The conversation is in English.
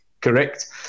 correct